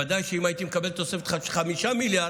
ועדיין, אם הייתי מקבל תוספת של 5 מיליארד,